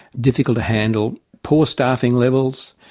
difficult to handle, poor staffing levels,